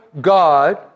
God